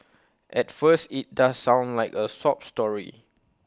at first IT does sound like A sob story